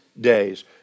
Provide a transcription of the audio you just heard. days